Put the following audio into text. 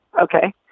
okay